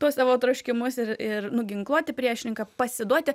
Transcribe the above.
tuos savo troškimus ir ir nuginkluoti priešininką pasiduoti